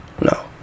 No